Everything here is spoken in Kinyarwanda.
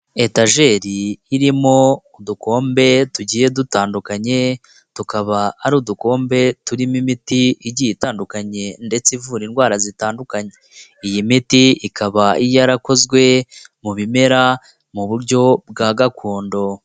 Etageri irimo udukombe tugiye dutandukanye, tukaba ari udukombe turimo imiti igiye itandukanye, ndetse ivura indwara zitandukanye. Iyi miti ikaba yarakozwe mu bimera, mu buryo bwa gakondo.